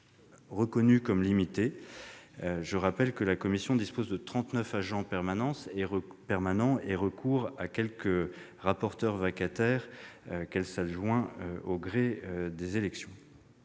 reconnus comme limités. Je rappelle qu'elle dispose de 39 agents permanents et recourt à quelques rapporteurs vacataires, qu'elle s'adjoint au gré des élections.